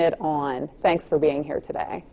it on thanks for being here today